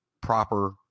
proper